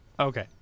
Okay